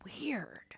weird